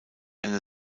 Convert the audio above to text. eine